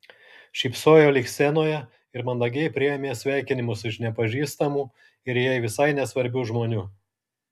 šypsojo lyg scenoje ir mandagiai priėmė sveikinimus iš nepažįstamų ir jai visai nesvarbių žmonių